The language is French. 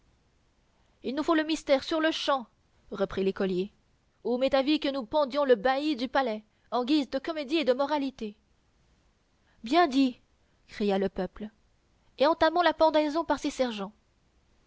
il nous faut le mystère sur-le-champ reprit l'écolier ou m'est avis que nous pendions le bailli du palais en guise de comédie et de moralité bien dit cria le peuple et entamons la pendaison par ses sergents